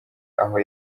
aho